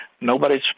nobody's